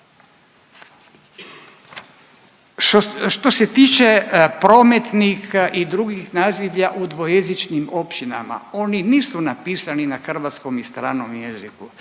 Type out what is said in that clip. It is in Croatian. Što se tiče prometnih i drugih nazivlja u dvojezičnim općinama oni nisu napisani na hrvatskom i stranom jeziku